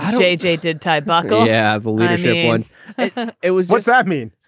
jj did tieback. yeah. the leadership once it was. what's that mean?